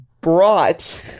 brought